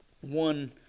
one